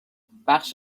بخش